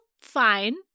fine